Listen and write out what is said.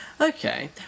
Okay